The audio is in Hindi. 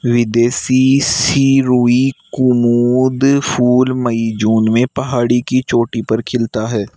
विदेशी शिरुई कुमुद फूल मई जून में पहाड़ी की चोटी पर खिलता है